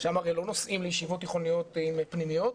שם הרי לא נוסעים לישיבות תיכוניות עם פנימיות,